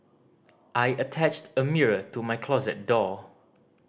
I attached a mirror to my closet door